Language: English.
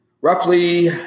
roughly